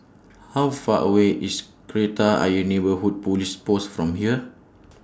How Far away IS Kreta Ayer Neighbourhood Police Post from here